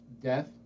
death